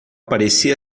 parecia